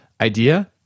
idea